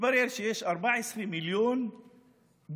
מתברר שיש 14 מיליון דונם.